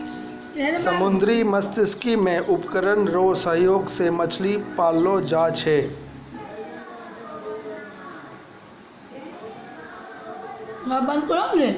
समुन्द्री मत्स्यिकी मे उपकरण रो सहयोग से मछली पाललो जाय छै